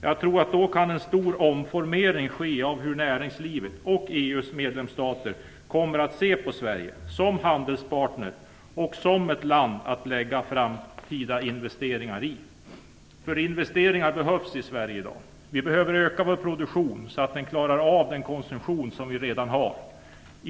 Jag tror att en stor omformering då kan ske av hur näringslivet och EU:s medlemsstater kommer att se på Sverige som handelspartner och som ett land att lägga framtida investeringar i. Investeringar behövs i Sverige i dag. Vi behöver öka vår produktion så att den klarar av den konsumtion som vi redan har.